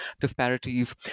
disparities